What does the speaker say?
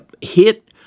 hit